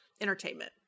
entertainment